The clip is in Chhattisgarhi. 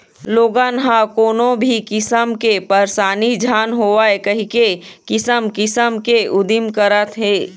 लोगन ह कोनो भी किसम के परसानी झन होवय कहिके किसम किसम के उदिम करत हे